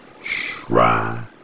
Try